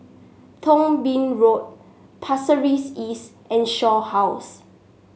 Thong Bee Road Pasir Ris East and Shaw House